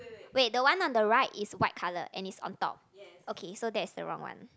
wait the one on the right is white colour and is on top okay so that's the wrong one